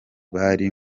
bari